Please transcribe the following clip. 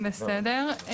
בסדר.